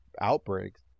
outbreaks